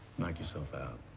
knock yourself out,